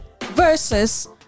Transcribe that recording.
versus